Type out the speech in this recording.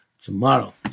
tomorrow